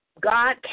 God